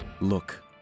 Look